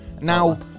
Now